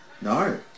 No